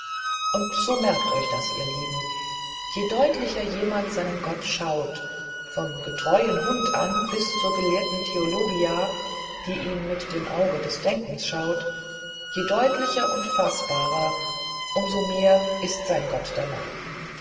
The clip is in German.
und so merkt euch das ihr lieben je deutlicher jemand seinen gott schaut vom getreuen hund an bis zur gelehrten theologia die ihn mit dem auge des denkens schaut je deutlicher und faßbarer um so mehr ist sein gott danach